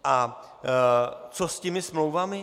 A co s těmi smlouvami?